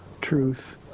truth